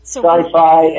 sci-fi